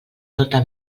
tota